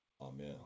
Amen